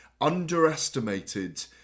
underestimated